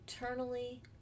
eternally